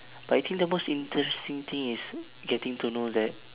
but I think the most interesting thing is getting to know that